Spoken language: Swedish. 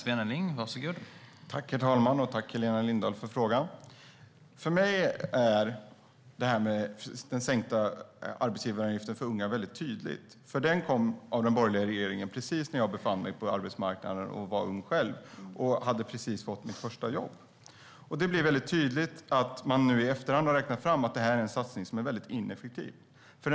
Herr talman! Tack, Helena Lindahl, för frågan! För mig är detta med den sänkta arbetsgivaravgiften för unga väldigt tydligt. Den infördes av den borgerliga regeringen när jag själv var ung och ny på arbetsmarknaden. Jag hade precis fått mitt första jobb. I efterhand har man räknat ut att detta var en satsning som var ineffektiv, och jag ser tydligt varför.